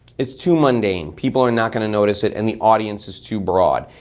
it's too mundane. people are not gonna notice it and the audience is too broad.